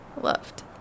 loved